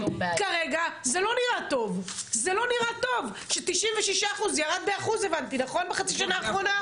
כרגע זה לא נראה טוב ש-96% ירד באחוז בחצי שנה האחרונה,